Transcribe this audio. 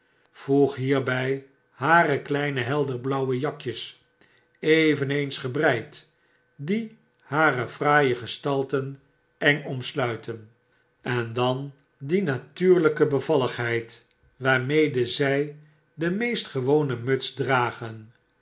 voeg hierby harekleine helderblauwe jakjes eveneens gebreid die hare fraaie gestalten eng omsluiten en dan die natuurlyke bevalligheid waarmede zij de meest gewone muts dragen